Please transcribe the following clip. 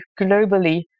globally